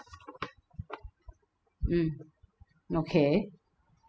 mm okay